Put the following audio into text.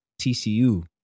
TCU